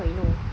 how I know